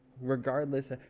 regardless